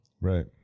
right